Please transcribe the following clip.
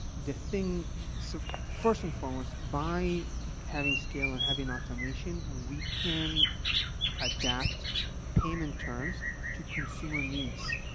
the thing so, first and foremost, by having scale and having automation, we can adapt payment terms to consumer needs.